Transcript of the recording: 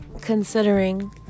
Considering